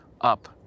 up